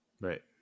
Right